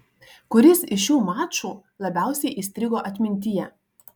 kuris iš šių mačų labiausiai įstrigo atmintyje